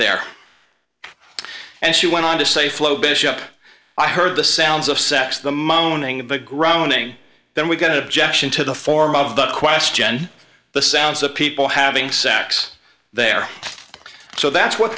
there and she went on to say flo bishop i heard the sounds of sex the moaning of the grounding then we got objection to the form of the question the sounds of people having sex there so that's what